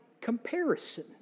comparison